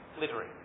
Literary